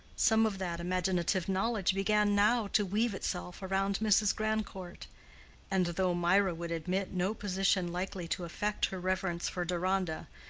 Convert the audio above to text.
some of that imaginative knowledge began now to weave itself around mrs. grandcourt and though mirah would admit no position likely to affect her reverence for deronda,